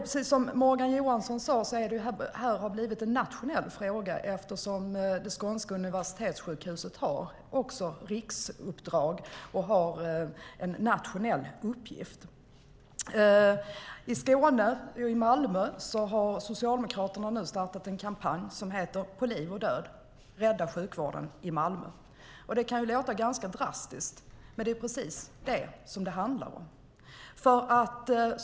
Precis som Morgan Johansson sade har det här blivit en nationell fråga eftersom Skånes universitetssjukhus också har riksuppdrag och därmed en nationell uppgift. I Malmö har Socialdemokraterna nu startat en kampanj som heter På liv och död - Rädda sjukvården i Malmö. Det kan låta ganska drastiskt, men det är precis det som det handlar om.